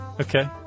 Okay